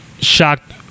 shocked